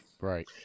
right